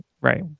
Right